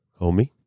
homie